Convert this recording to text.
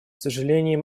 сожалением